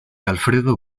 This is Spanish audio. alfredo